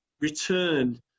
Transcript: returned